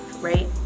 right